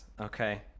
Okay